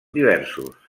diversos